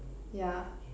yeah